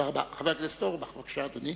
חבר הכנסת אורבך, בבקשה, אדוני.